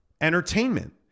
entertainment